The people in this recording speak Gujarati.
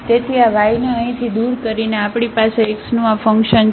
તેથી આ yને અહીંથી દૂર કરીને આપણી પાસે x નું આ ફંકશન છે